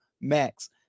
Max